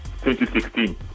2016